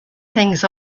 things